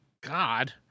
God